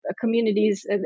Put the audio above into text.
communities